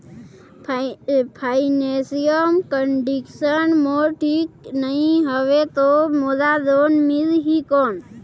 Financial condition मोर ठीक नी हवे तो मोला लोन मिल ही कौन??